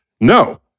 No